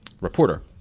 reporter